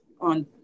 on